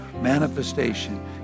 manifestation